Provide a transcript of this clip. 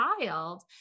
child